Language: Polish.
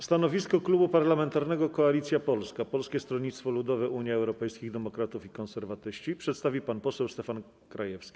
Stanowisko Klubu Parlamentarnego Koalicja Polska - Polskie Stronnictwo Ludowe, Unia Europejskich Demokratów, Konserwatyści przedstawi pan poseł Stefan Krajewski.